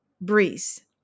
breeze